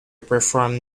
perform